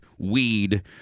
weed